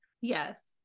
Yes